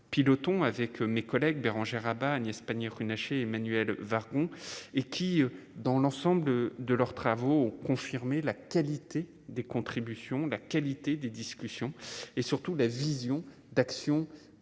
pilotes ont, avec mes collègues Bérangère Abba, Agnès Pannier-Runacher, Emmanuelle Wargon, et qui dans l'ensemble de leurs travaux, confirmé la qualité des contributions, la qualité des discussions et surtout la vision d'actions concrètes